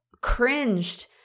cringed